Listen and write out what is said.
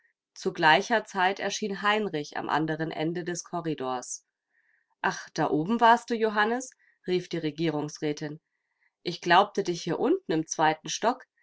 zu gleicher zeit erschien heinrich am anderen ende des korridors ach da oben warst du johannes rief die regierungsrätin ich glaubte dich hier unten im zweiten stock